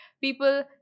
People